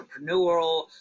entrepreneurial